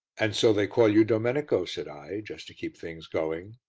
and so they call you domenico, said i, just to keep things going.